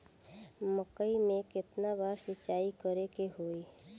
मकई में केतना बार सिंचाई करे के होई?